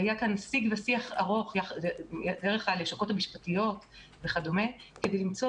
היה כאן שיח ארוך של הלשכות המשפטיות על מנת למצוא